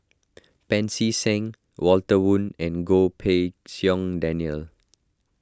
Pancy Seng Walter Woon and Goh Pei Siong Daniel